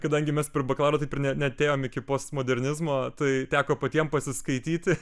kadangi mes per bakalaurą taip ir ne neatėjom iki postmodernizmo tai teko patiem pasiskaityti